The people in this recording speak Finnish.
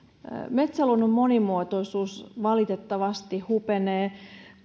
metsäluonnon monimuotoisuus valitettavasti hupenee